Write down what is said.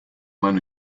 mano